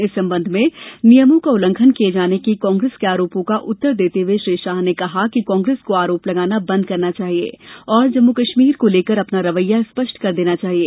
इस संबंध में नियमों का उल्लंघन किये जाने के कांग्रेस के आरोपों का उत्तर देते हुए श्री शाह ने कहा कि कांग्रेस को आरोप लगाना बंद करना चाहिए और जम्मू कश्मीर को लेकर अपना खैया स्पष्ट कर देना चाहिए